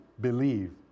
Believe